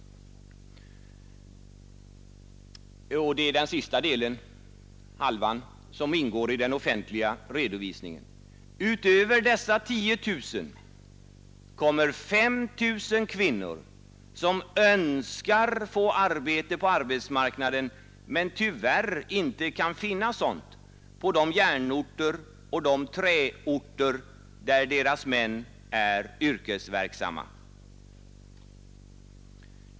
Det är den sista delen av de arbetslösa som ingår i den offentliga redovisningen. Utöver dessa 10 000 är det 5 000 kvinnor som önskar få arbete på arbetsmarknaden men tyvärr 'inte kan finna sådant på de järnorter och träorter där deras män är yrkesverksamma.